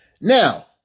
Now